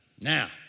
Now